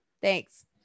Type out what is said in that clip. Thanks